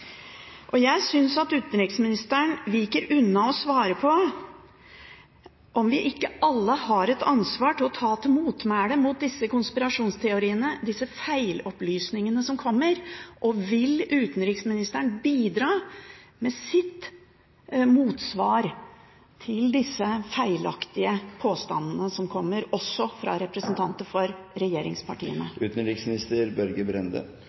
et ansvar for å ta til motmæle mot disse konspirasjonsteoriene, disse feilopplysningene. Vil utenriksministeren bidra med sitt motsvar til disse feilaktige påstandene, som også kommer fra representanter for regjeringspartiene?